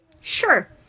Sure